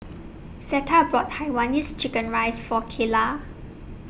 Zetta bought Hainanese Chicken Rice For Kaela